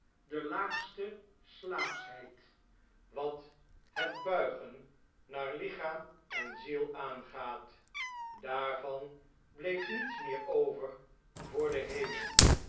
de laagste slaafschheid wat het buigen naar lichaam en ziel aangaat daarvan bleef niets meer over voor den hemel